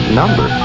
number